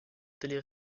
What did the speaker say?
télé